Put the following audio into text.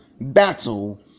battle